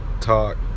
talk